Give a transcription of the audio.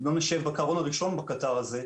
לא נשב בקרון הראשון בקטר הזה,